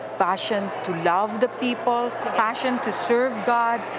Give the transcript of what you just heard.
passion to love the people. the passion to serve god.